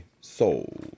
soul